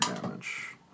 damage